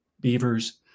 beavers